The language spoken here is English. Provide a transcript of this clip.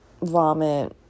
vomit